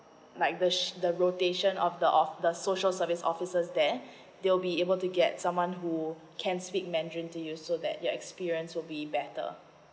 like the rotation of the of social service officers there they will be able to get someone who can speak mandarin to you so that your experience will be better